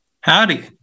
Howdy